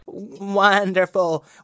Wonderful